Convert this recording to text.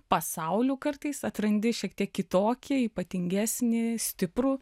pasauliu kartais atrandi šiek tiek kitokį ypatingesnį stiprų